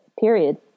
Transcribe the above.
period